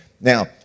Now